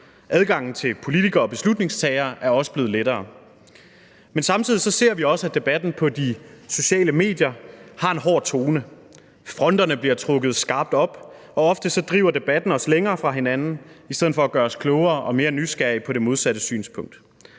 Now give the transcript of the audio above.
Adgangen til politikere og beslutningstagere er også blevet lettere. Men samtidig ser vi også, at debatten på de sociale medier har en hård tone. Fronterne bliver trukket skarpt op, og ofte driver debatten os længere fra hinanden i stedet for at gøre os klogere og mere nysgerrige på det modsatte synspunkt.